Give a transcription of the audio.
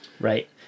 Right